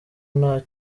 nta